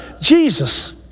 Jesus